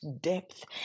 depth